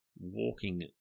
walking